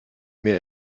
mehr